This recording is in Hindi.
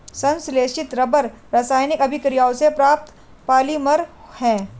संश्लेषित रबर रासायनिक अभिक्रियाओं से प्राप्त पॉलिमर है